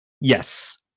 Yes